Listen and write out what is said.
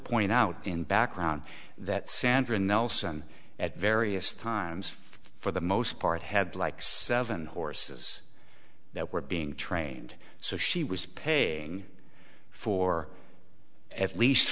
point out in background that sandra nelson at various times for the most part had like seven horses that were being trained so she was paying for at least